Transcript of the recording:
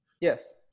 Yes